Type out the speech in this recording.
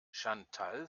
chantal